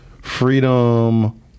Freedom